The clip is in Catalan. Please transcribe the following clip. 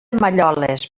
malloles